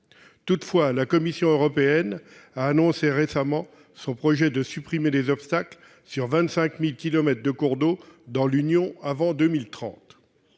Toutefois, la Commission européenne a annoncé récemment son projet de supprimer les obstacles sur 25 000 kilomètres de cours d'eau dans l'Union européenne